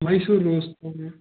Mysore rose போடுங்க